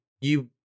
you-